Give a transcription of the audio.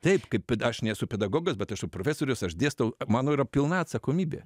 taip kaip aš nesu pedagogas bet aš esu profesorius aš dėstau mano yra pilna atsakomybė